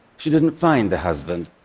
she didn't find a husband.